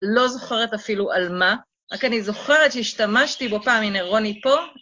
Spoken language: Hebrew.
לא זוכרת אפילו על מה, רק אני זוכרת שהשתמשתי בו פעם, הנה רוני פה.